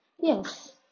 yes